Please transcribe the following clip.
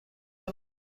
کنم